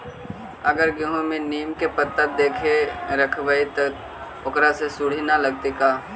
अगर गेहूं में नीम के पता देके यखबै त ओकरा में सुढि न लगतै का?